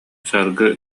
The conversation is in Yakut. саргы